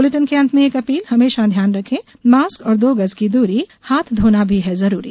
इस बुलेटिन के अंत में एक अपील हमेशा ध्यान रखें मास्क और दो गज की दूरी हाथ धोना भी है जरूरी